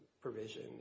provision